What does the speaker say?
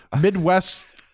midwest